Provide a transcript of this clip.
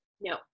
No